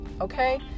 Okay